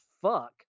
fuck